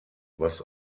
was